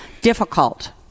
difficult